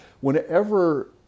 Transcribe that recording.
whenever